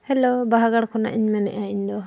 ᱵᱟᱦᱟ ᱜᱟᱲ ᱠᱷᱚᱱᱟᱜ ᱤᱧ ᱢᱮᱱᱮᱫᱼᱟ ᱤᱧᱫᱚ